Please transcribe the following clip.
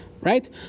right